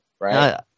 right